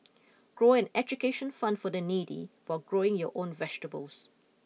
grow an education fund for the needy while growing your own vegetables